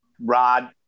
Rod